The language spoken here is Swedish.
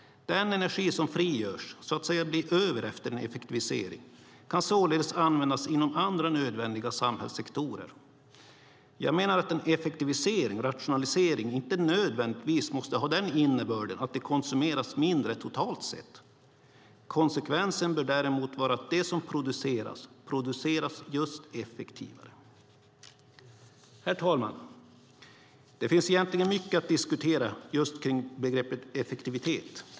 Den energi som frigörs, så att säga blir över efter en effektivisering, kan således användas inom andra nödvändiga samhällssektorer. Jag menar att en effektivisering, rationalisering, inte nödvändigtvis måste ha den innebörden att det konsumeras mindre totalt sett. Konsekvensen bör däremot vara att det som produceras just produceras effektivare. Herr talman! Det finns egentligen mycket att diskutera just kring begreppet effektivitet.